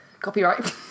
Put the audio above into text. copyright